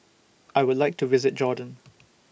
I Would like to visit Jordan